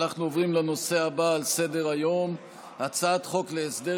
אנחנו עוברים לנושא הבא על סדר-היום: הצעת חוק להסדר